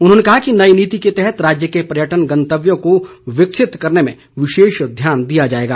उन्होंने कहा कि नई नीति के तहत राज्य के पर्यटन गंतव्यों को विकसित करने पर विशेष ध्यान दिया जाएगा